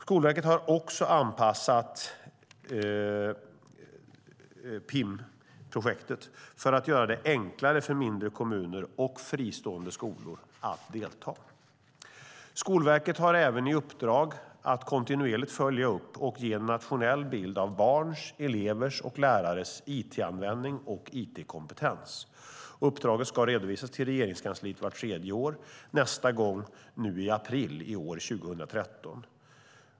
Skolverket har också anpassat PIM för att göra det enklare för mindre kommuner och fristående skolor att delta. Skolverket har även i uppdrag att kontinuerligt följa upp och ge en nationell bild av barns, elevers och lärares it-användning och it-kompetens. Uppdraget ska redovisas till Regeringskansliet vart tredje år, nästa gång nu i april 2013.